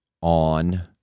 On